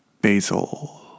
basil